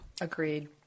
Agreed